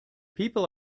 people